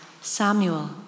Samuel